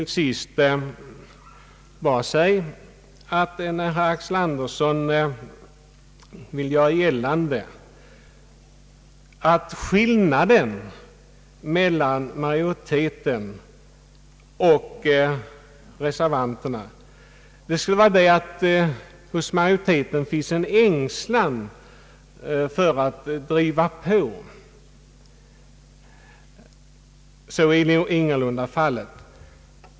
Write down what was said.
Herr Axel Andersson vill göra gällande att skillnaden mellan majoriteten och reservanterna skulle vara att det hos majoriteten finns en ängslan för att driva på, men så är ingalunda fallet.